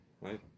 right